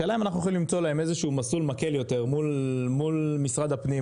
השאלה אם אנחנו יכולים למצוא להם איזשהו מסלול מקל יותר מול משרד הפנים,